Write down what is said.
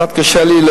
קצת קשה לי,